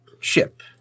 ship